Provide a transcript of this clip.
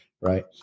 right